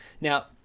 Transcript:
now